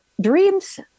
dreams